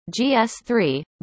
GS3